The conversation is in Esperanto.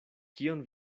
kion